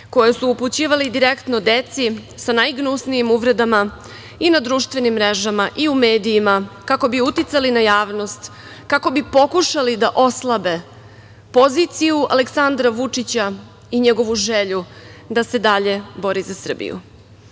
koje su upućivali direktno deci sa najgnusnijim uvredama i na društvenim mrežama i u medijima kako bi uticali na javnost, kako bi pokušali da oslabe poziciju Aleksandra Vučića i njegovu želju da se dalje bori za